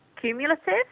Cumulative